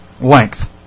Length